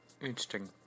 Interesting